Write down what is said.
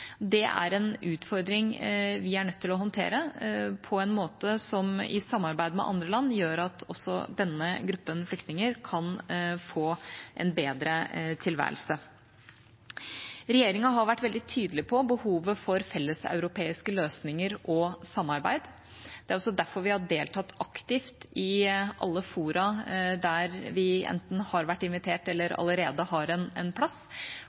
Det er en utfordring vi er nødt til å håndtere i samarbeid med andre land, som gjør at også denne gruppen flyktninger kan få en bedre tilværelse. Regjeringa har vært veldig tydelig på behovet for felleseuropeiske løsninger og samarbeid. Det er også derfor vi har deltatt aktivt i alle fora der vi enten har vært invitert eller allerede har en plass,